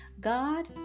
God